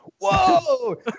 Whoa